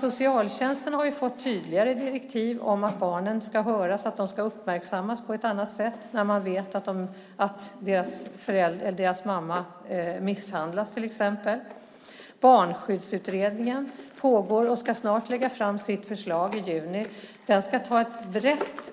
Socialtjänsten har fått tydligare direktiv om att barnen ska höras och uppmärksammas på ett annat sätt när man till exempel vet att deras mamma misshandlas. Barnskyddsutredningen pågår och ska snart, i juni, lägga fram sitt förslag. Den ska göra